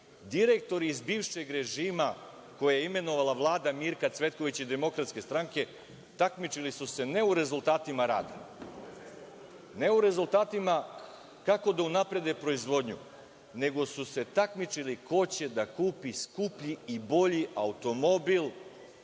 direktori iz bivšeg režima, koje je imenovala Vlada Mirka Cvetkovića i DS, takmičili su se, ne u rezultatima rada, ne u rezultatima kako da unaprede proizvodnju, nego su se takmičili ko će da kupi skuplji i bolji automobil